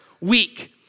week